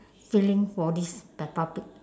feeling for this peppa pig